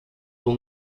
will